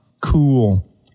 cool